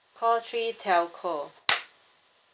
call three telco